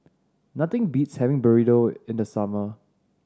nothing beats having Burrito in the summer